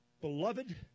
beloved